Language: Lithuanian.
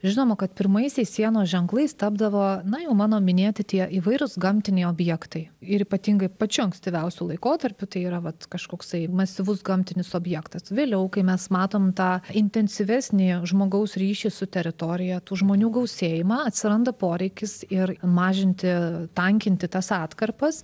žinoma kad pirmaisiais sienos ženklais tapdavo na jau mano minėti tie įvairūs gamtiniai objektai ir ypatingai pačiu ankstyviausiu laikotarpiu tai yra vat kažkoksai masyvus gamtinis objektas vėliau kai mes matom tą intensyvesnį žmogaus ryšį su teritorija tų žmonių gausėjimą atsiranda poreikis ir mažinti tankinti tas atkarpas